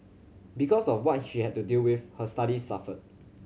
because of what she had to deal with her studies suffered